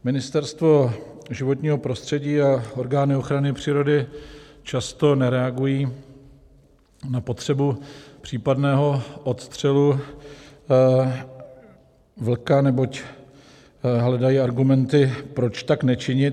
Ministerstvo životního prostředí a orgány ochrany přírody často nereagují na potřebu případného odstřelu vlka, neboť hledají argumenty, proč tak nečinit.